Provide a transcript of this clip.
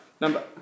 Number